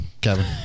Kevin